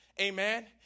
Amen